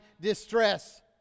distress